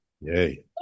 Yay